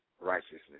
righteousness